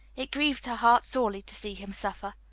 it grieved her heart sorely to see him suffer.